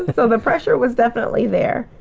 so the pressure was definitely there.